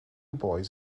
boys